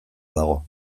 dago